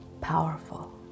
powerful